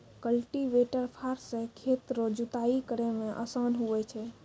cultivator फार से खेत रो जुताइ करै मे आसान हुवै छै